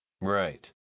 Right